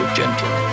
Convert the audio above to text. gentle